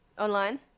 Online